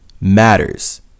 matters